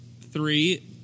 three